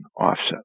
offset